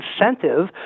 incentive